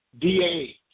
DA